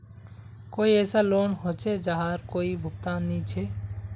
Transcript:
कोई ऐसा लोन होचे जहार कोई भुगतान नी छे?